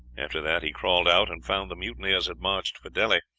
after that he crawled out, and found the mutineers had marched for delhi.